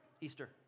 Easter